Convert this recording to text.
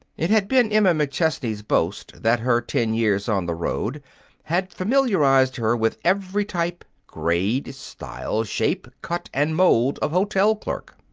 it had been emma mcchesney's boast that her ten years on the road had familiarized her with every type, grade, style, shape, cut, and mold of hotel clerk.